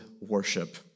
worship